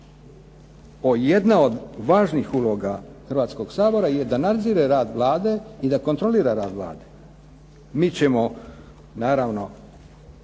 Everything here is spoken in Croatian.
Jedna od važnih uloga Hrvatskog sabora je da nadzire rad Vlade i da kontrolira rad Vlade. Mi ćemo naravno